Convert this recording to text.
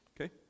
okay